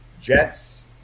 jets